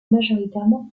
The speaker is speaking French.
majoritairement